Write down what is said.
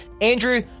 Andrew